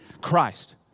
Christ